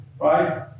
right